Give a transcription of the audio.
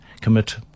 commit